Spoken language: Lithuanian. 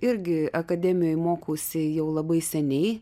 irgi akademijoj mokausi jau labai seniai